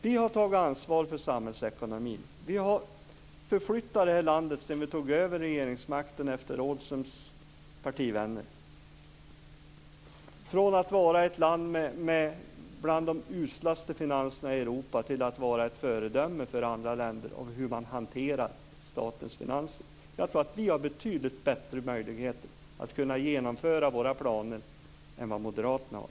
Vi har tagit ansvar för samhällsekonomin och har, sedan vi tog över regeringsmakten efter Rådhströms partivänner, förflyttat det här landet från att vara ett av de länder i Europa som har de uslaste finanserna till att vara ett land som är ett föredöme för andra länder när det gäller sättet att hantera statens finanser. Jag tror alltså att vi har betydligt bättre möjligheter att genomföra våra planer än vad Moderaterna har.